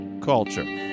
culture